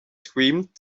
screamed